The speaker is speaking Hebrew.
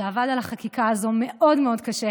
שעבד על החקיקה הזו מאוד מאוד קשה,